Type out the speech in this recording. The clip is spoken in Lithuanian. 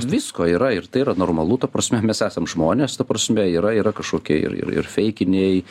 visko yra ir tai yra normalu ta prasme mes esam žmonės ta prasme yra yra kažkokie ir ir feikiniai